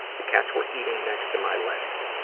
the cats were eating next to my legs,